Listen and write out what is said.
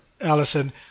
Alison